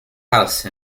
house